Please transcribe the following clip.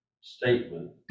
statement